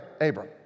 Abram